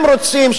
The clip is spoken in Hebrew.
הם רוצים,